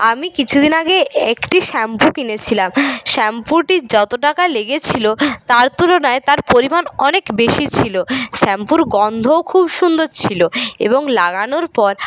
আমি কিছুদিন আগে একটি শ্যাম্পু কিনেছিলাম শ্যাম্পুটি যত টাকা লেগেছিল তার তুলনায় তার পরিমাণ অনেক বেশি ছিল শ্যাম্পুর গন্ধও খুব সুন্দর ছিল এবং লাগানোর পর